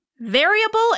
Variable